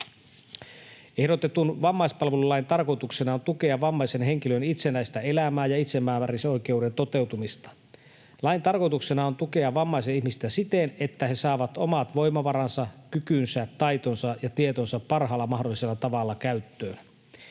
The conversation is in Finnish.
Ehdotetun vammaispalvelulain tarkoituksena on tukea vammaisen henkilön itsenäistä elämää ja itsemääräämisoikeuden toteutumista. Lain tarkoituksena on tukea vammaisia ihmisiä siten, että he saavat omat voimavaransa, kykynsä, taitonsa ja tietonsa parhaalla mahdollisella tavalla käyttöön.